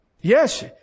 Yes